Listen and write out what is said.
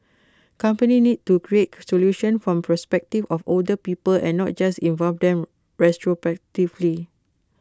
companies need to create solutions from perspective of older people and not just involved them retrospectively